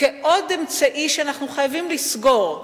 כעוד אמצעי שאנחנו צריכים לסגור,